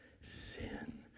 sin